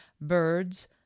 birds